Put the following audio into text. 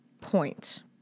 point